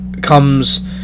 comes